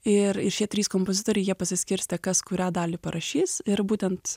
ir ir šie trys kompozitoriai jie pasiskirstė kas kurią dalį parašys ir būtent